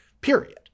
period